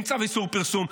אין צו איסור פרסום.